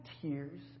tears